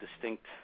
distinct